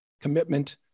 commitment